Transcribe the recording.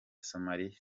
somaliya